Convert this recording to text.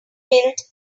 built